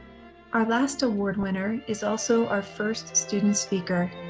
our last award winner is also our first student speaker.